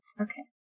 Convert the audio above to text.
okay